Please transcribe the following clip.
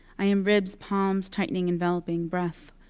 i am ribs, palms, tightening, enveloping. breath,